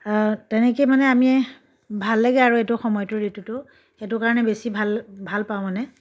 তেনেকেই মানে আমি ভাল লাগে আৰু এইটো সময়তো ঋতুটো সেইটো কাৰণে বেছি ভাল ভাল পাওঁ মানে